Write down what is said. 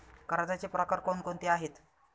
कर्जाचे प्रकार कोणकोणते आहेत?